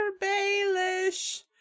baelish